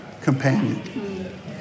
companion